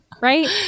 Right